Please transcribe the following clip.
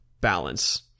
balance